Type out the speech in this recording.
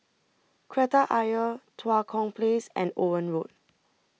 Kreta Ayer Tua Kong Place and Owen Road